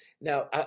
now